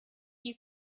you